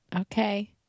Okay